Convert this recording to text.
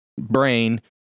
brain